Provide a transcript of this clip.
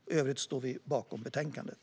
I övrigt står vi bakom betänkandet.